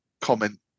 comment